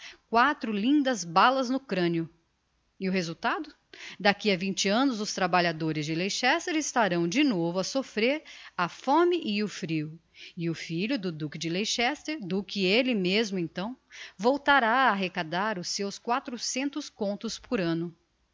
quatro lindas balas no craneo e o resultado d'aqui a vinte annos os trabalhadores de leicester estarão de novo a soffrer a fome e o frio e o filho do duque de leicester duque elle mesmo então voltará a arrecadar os seus quatrocentos contos por anno